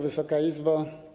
Wysoka Izbo!